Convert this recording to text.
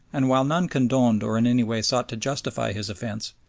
and while none condoned or in any way sought to justify his offence,